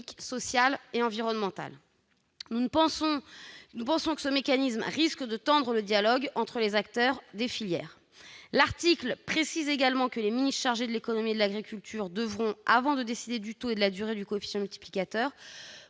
social et environnemental Nous pensons que ce mécanisme risque de tendre le dialogue entre les acteurs des filières, raison pour laquelle le dispositif de l'amendement précise également que les ministres chargés de l'économie et de l'agriculture devront, avant de décider du taux et de la durée du coefficient multiplicateur,